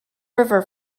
river